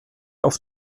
auf